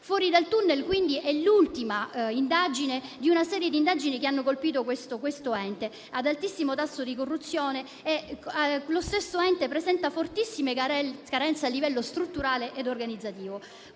«Fuori dal tunnel», quindi, è l'ultima di una serie di indagini che hanno colpito questo ente ad altissimo tasso di corruzione e che presenta fortissime carenza a livello strutturale e organizzativo.